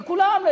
לכולם,